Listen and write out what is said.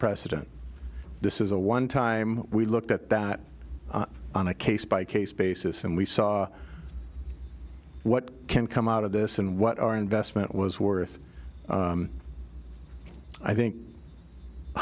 precedent this is a one time we looked at that on a case by case basis and we saw what can come out of this and what our investment was worth i think